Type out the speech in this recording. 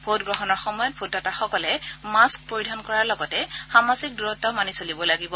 ভোটগ্ৰহণৰ সময়ত ভোটদাতাসকলে মাস্ক পৰিধান কৰাৰ লগতে সামাজিক দূৰত্ব মানি চলিব লাগিব